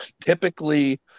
typically